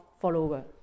followers